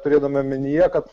turėdama omenyje kad